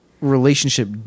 relationship